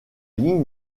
ligne